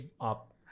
up